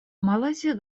малайзия